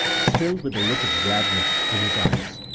still with the look of gladness in his eyes.